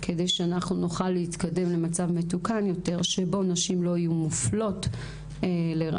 כדי שנוכל להתקדם למצב מתוקן יותר שבו נשים לא יופלו לרעה